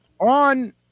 on